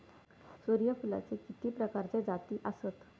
सूर्यफूलाचे किती प्रकारचे जाती आसत?